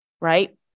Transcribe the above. right